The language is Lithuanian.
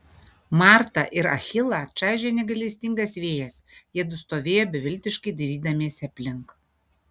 martą ir achilą čaižė negailestingas vėjas jiedu stovėjo beviltiškai dairydamiesi aplink